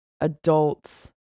adults